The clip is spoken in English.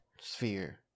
Sphere